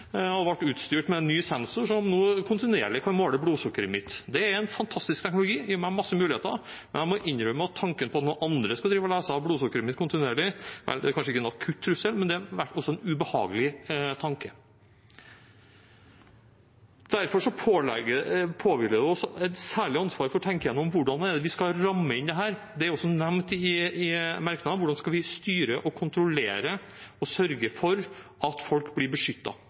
og ble utstyrt med en ny sensor som kontinuerlig kan måle blodsukkeret mitt. Det er en fantastisk teknologi, den gir meg masse muligheter, men jeg må innrømme at tanken på at noen andre skal drive og lese av blodsukkeret mitt kontinuerlig – vel, det er kanskje ikke noen akutt trussel – har vært ubehagelig. Derfor påhviler det oss et særlig ansvar for å tenke gjennom hvordan vi skal ramme inn dette – det er jo også nevnt i merknadene – hvordan vi skal styre og kontrollere og sørge for at folk blir